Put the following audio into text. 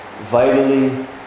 vitally